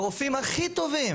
והרופאים הכי טובים